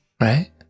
Right